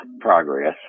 progress